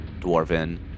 dwarven